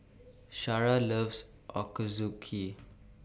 Shara loves Ochazuke